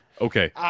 okay